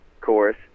chorus